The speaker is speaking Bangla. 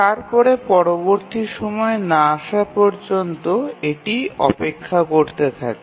তারপরে পরবর্তী সময় না আসা পর্যন্ত এটি অপেক্ষা করতে থাকে